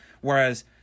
Whereas